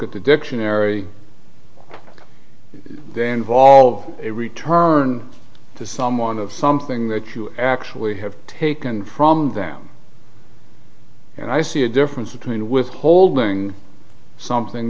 at the dictionary then volved a return to someone of something that you actually have taken from them and i see a difference between withholding something